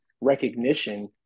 recognition